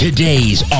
Today's